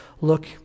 look